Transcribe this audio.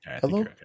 Hello